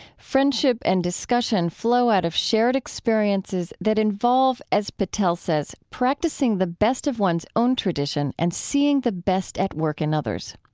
friendship and discussion flow out of shared experiences that involve, as patel says, practicing the best of one's own tradition and seeing the best at work in others.